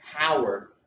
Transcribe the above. power